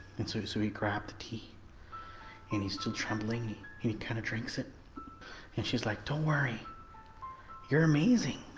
and so so he grabbed the tea and he's still trembling. he kind of drinks it and she's like don't worry you're amazing!